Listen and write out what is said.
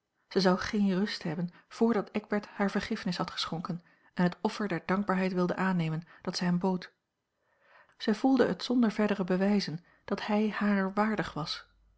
zij zou geen rust hebben voordat eckbert haar vergiffenis had geschonken en het offer der dankbaarheid wilde aannemen dat zij hem bood zij voelde het zonder verdere bewijzen dat hij harer waardig was